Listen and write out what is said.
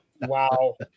Wow